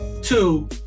Two